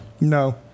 No